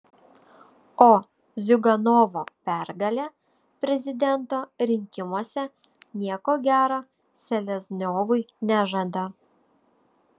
o ziuganovo pergalė prezidento rinkimuose nieko gero selezniovui nežada